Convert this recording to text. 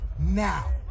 now